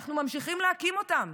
אנחנו ממשיכים להקים אותם,